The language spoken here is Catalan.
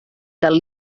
del